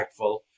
impactful